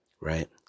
right